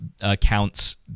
accounts